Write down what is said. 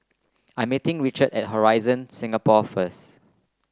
I'm meeting Richard at Horizon Singapore first